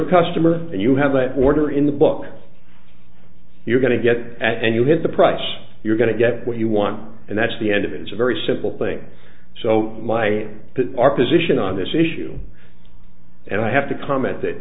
a customer and you have an order in the book you're going to get at and you hit the price you're going to get what you want and that's the end of it it's a very simple thing so my our position on this issue and i have to comment that